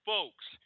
Folks